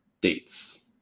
Dates